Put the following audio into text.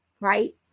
right